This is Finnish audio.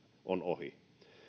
on ohi